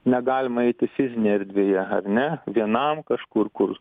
negalima eiti fizinėje erdvėje ar ne vienam kažkur kur